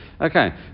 Okay